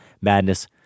madness